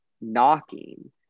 knocking